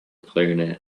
clarinet